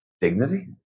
dignity